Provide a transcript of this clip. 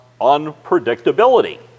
unpredictability